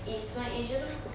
in smart asia lah